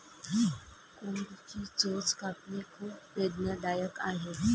कोंबडीची चोच कापणे खूप वेदनादायक आहे